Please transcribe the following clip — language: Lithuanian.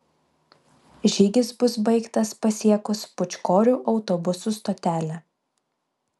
žygis bus baigtas pasiekus pūčkorių autobusų stotelę